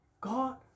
God